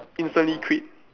instantly quit